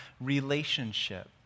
relationship